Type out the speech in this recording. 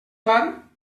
clar